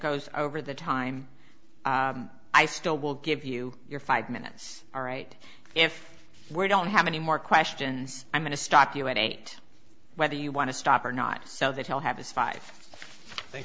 goes over the time i still will give you your five minutes all right if we don't have any more questions i'm going to stop you at eight whether you want to stop or not so they tell have is five th